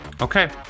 Okay